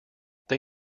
they